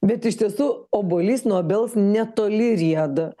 bet iš tiesų obuolys nuo obels netoli rieda